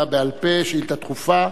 שאילתא דחופה